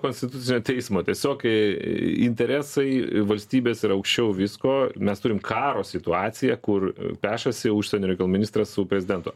konstitucinio teismo tiesiog kai interesai valstybės ir aukščiau visko mes turim karo situaciją kur pešasi užsienio reikalų ministras su prezidentu